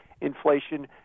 inflation